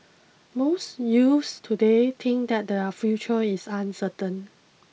most youths today think that their future is uncertain